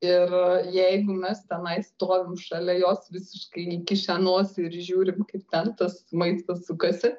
ir jeigu mes tenai stovim šalia jos visiškai įkišę nosį ir žiūrim kaip ten tas maistas sukasi